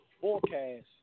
Forecast